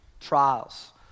Trials